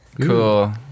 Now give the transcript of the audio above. cool